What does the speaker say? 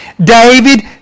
David